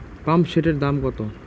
পাম্পসেটের দাম কত?